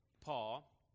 Paul